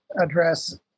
address